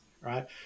right